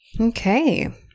Okay